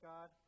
God